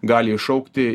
gali iššaukti